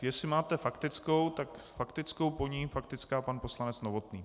Jestli máte faktickou, tak s faktickou, po ní faktická pan poslanec Novotný.